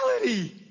Reality